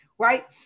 Right